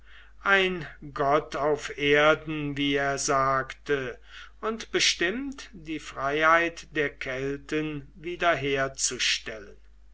ein gott auf erden wie er sagte und bestimmt die freiheit der kelten